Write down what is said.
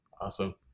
awesome